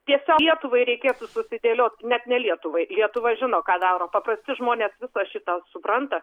tiesa lietuvai reikėtų susidėliot net ne lietuvai lietuva žino ką daro paprasti žmonės visą šitą supranta